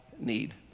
need